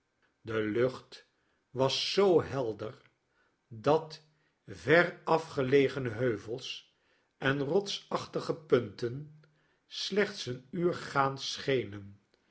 de lucht was zoo helder dai verafgelegene lieuvels en rotsachtige punten slechts een uur gaans schenen